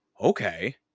okay